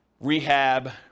rehab